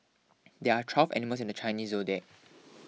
there are twelve animals in the Chinese zodiac